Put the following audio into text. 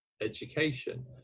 education